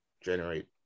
generate